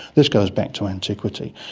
this goes back to antiquity,